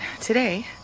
today